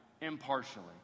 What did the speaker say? impartially